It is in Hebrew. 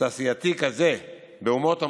תעשייתי כזה באומות המאוחדות,